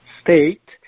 state